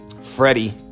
Freddie